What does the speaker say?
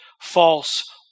false